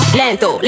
lento